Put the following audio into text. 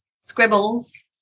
scribbles